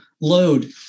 Load